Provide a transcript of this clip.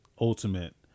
Ultimate